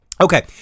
Okay